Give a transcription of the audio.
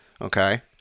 Okay